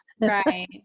Right